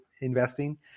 investing